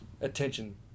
attention